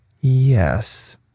Yes